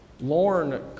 Lorne